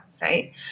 right